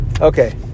okay